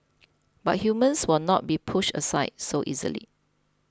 but humans will not be pushed aside so easily